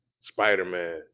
Spider-Man